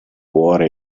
cuore